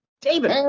David